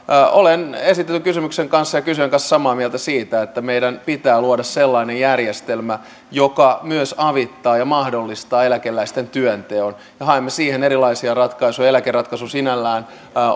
olen esitetyn kysymyksen ja kysyjän kanssa samaa mieltä siitä että meidän pitää luoda sellainen järjestelmä joka myös avittaa ja mahdollistaa eläkeläisten työnteon haemme siihen erilaisia ratkaisuja ja eläkeratkaisu sinällään